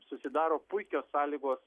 susidaro puikios sąlygos